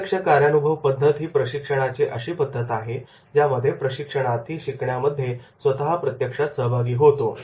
प्रत्यक्ष कार्यानुभव पद्धत ही प्रशिक्षणाची अशी पद्धत आहे ज्यामध्ये प्रशिक्षणार्थी शिकण्यामध्ये स्वतः प्रत्यक्षात सहभागी होतो